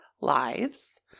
lives